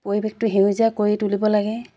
পৰিৱেশটো সেউজীয়া কৰি তুলিব লাগে